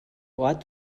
ort